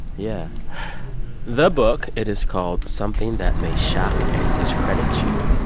yeah the book, it is called something that may shock and discredit you.